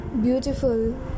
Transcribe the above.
beautiful